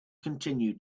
continued